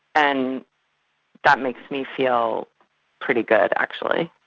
and that makes me feel pretty good actually.